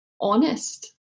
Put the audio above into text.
honest